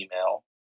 email